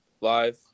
live